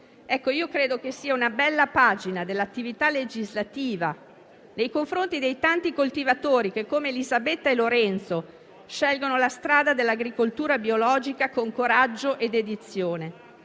Credo che questa sia una bella pagina dell'attività legislativa nei confronti dei tanti coltivatori che, come Elisabetta e Lorenzo, scelgono la strada dell'agricoltura biologica con coraggio e dedizione